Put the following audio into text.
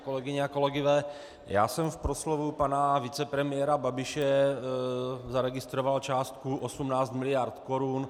Kolegyně a kolegové, já jsem v proslovu pana vicepremiéra Babiše zaregistroval částku 18 mld. korun.